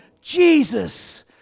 Jesus